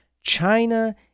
China